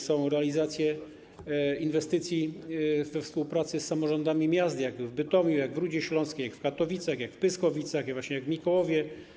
Są realizacje inwestycji we współpracy z samorządami miast, jak w Bytomiu, w Rudzie Śląskiej, w Katowicach, w Pyskowicach i właśnie w Mikołowie.